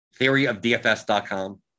theoryofdfs.com